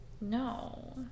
No